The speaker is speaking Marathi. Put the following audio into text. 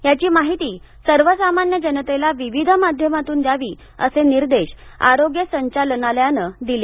याची माहिती सर्वसामान्य जनतेला विविध माध्यमातून द्यावी असे निर्देश आरोग्य संचालना लयानं दिले